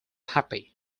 happy